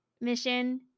mission